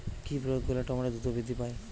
কি প্রয়োগ করলে টমেটো দ্রুত বৃদ্ধি পায়?